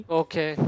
okay